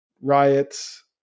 riots